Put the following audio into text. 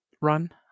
run